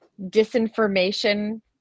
disinformation